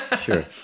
sure